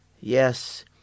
Yes